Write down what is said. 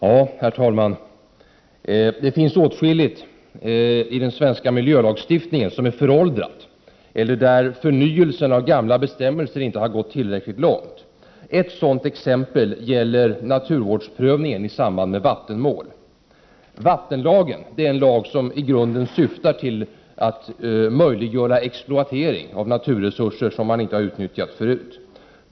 Herr talman! Det finns åtskilligt i den svenska miljölagstiftningen som är föråldrat eller där förnyelsen av gamla bestämmelser inte har gått tillräckligt långt. Ett sådant exempel gäller naturvårdsprövningen i samband med vattenmål. Vattenlagen syftar i grunden till att möjliggöra exploatering av naturresurser som tidigare inte har utnyttjats.